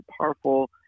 powerful